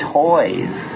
toys